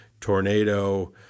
tornado